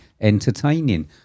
entertaining